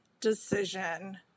decision